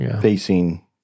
facing